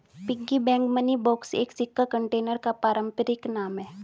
piggy bank money box एक सिक्का container का पारंपरिक नाम है